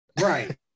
Right